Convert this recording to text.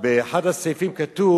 באחד הסעיפים כתוב